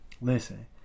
listen